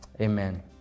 Amen